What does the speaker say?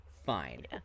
fine